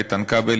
איתן כבל,